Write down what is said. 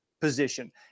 position